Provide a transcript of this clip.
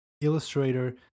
Illustrator